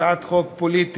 הצעת חוק פוליטית,